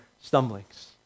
stumblings